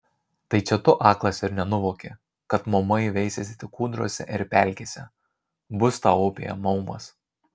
tai čia tu aklas ir nevoki kad maumai veisiasi tik kūdrose ir pelkėse bus tau upėje maumas